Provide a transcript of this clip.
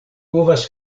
povas